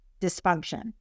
dysfunction